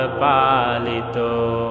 palito